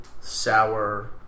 sour